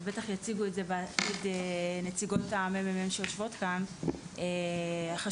ונציגות הממ"מ שיושבות כאן בטח יציגו את זה בעתיד.